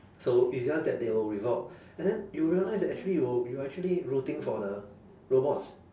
so it's just that they will revolt and then you realise that actually you'll you actually rooting for the robots